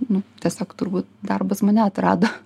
nu tiesiog turbūt darbas mane atrado